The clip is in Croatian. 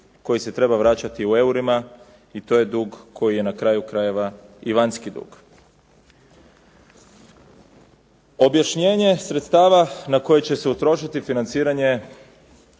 koji se treba vraćati u eurima i to je dug koji je na kraju krajeva i vanjski dug. Objašnjenje sredstava na koje će se utrošiti financiranje